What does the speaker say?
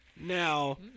now